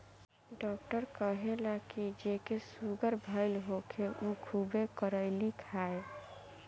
doctor कहेला की जेके सुगर भईल होखे उ खुबे करइली खाए